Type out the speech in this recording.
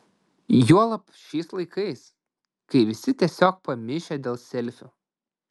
juolab šiais laikais kai visi tiesiog pamišę dėl selfių